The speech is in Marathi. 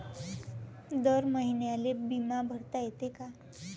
दर महिन्याले बिमा भरता येते का?